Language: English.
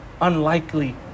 unlikely